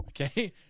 okay